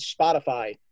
Spotify